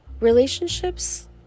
Relationships